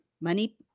money